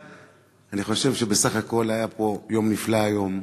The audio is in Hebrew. אני חושב שבסך הכול היה פה יום נפלא היום,